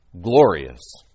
glorious